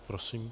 Prosím.